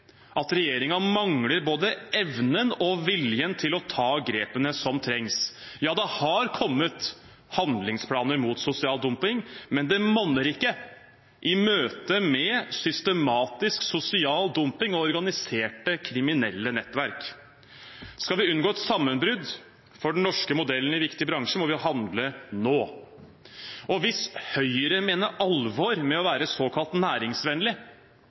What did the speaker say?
at regjeringen mangler både evnen og viljen til å ta de grepene som trengs. Ja, det har kommet handlingsplaner mot sosial dumping, men det monner ikke i møte med systematisk sosial dumping og organiserte kriminelle nettverk. Skal vi unngå et sammenbrudd for den norske modellen i viktige bransjer, må vi handle nå. Hvis Høyre mener alvor med å være såkalt næringsvennlig,